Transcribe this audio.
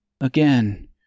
Again